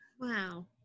Wow